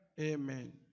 Amen